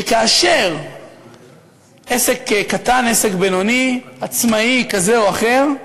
שכאשר עסק קטן, עסק בינוני, עצמאי כזה או אחר,